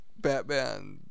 Batman